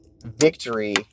victory